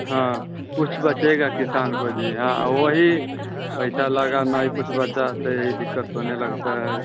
हाँ कुछ बचेगा किसान को जी हाँ वही पैसा लगा नहीं कुछ बचा तो यही दिक्कत होने लगती है